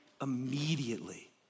immediately